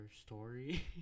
story